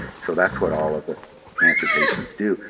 so that's what all of us cancer patients do.